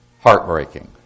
heartbreaking